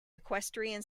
equestrian